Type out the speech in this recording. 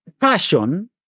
passion